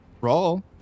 Roll